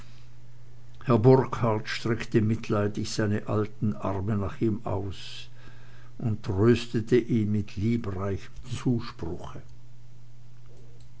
burkhard streckte mitleidig seine alten arme nach ihm aus und tröstete ihn mit liebreichem zuspruche